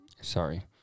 Sorry